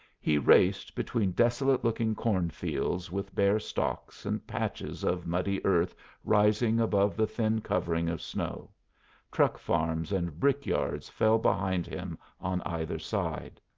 he raced between desolate-looking cornfields with bare stalks and patches of muddy earth rising above the thin covering of snow truck farms and brick-yards fell behind him on either side.